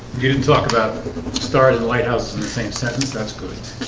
you didn't talk about start in the lighthouse in the same that's good